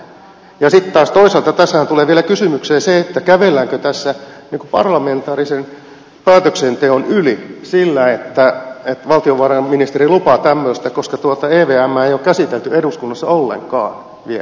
sitten taas toisaalta tässähän tulee eteen vielä se kysymys kävelläänkö tässä parlamentaarisen päätöksenteon yli sillä että valtiovarainministeri lupaa tämmöistä koska evmää ei ole käsitelty eduskunnassa ollenkaan vielä